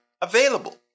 available